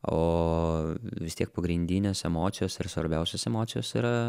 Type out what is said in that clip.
o vis tiek pagrindinės emocijos ir svarbiausios emocijos yra